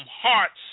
hearts